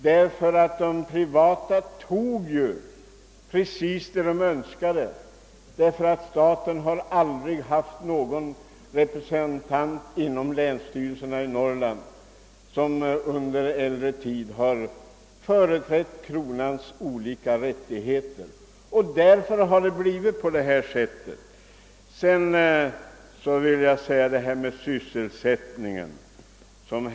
De privata tog för sig vad de önskade, eftersom kronan i äldre tider inte hade någon representant i länsstyrelserna i Norrland som kunde hävda kronans rättigheter. Det är därför det har blivit på detta sätt. Här har anförts statistik över sysselsättningen.